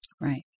Right